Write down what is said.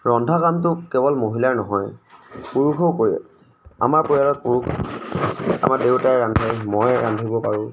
ৰন্ধা কামটো কেৱল মহিলাৰ নহয় পুৰুষেও কৰে আমাৰ পৰিয়ালত পুৰুষ আমাৰ দেউতাই ৰান্ধে মই ৰান্ধিব পাৰোঁ